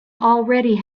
already